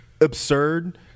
absurd